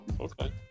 okay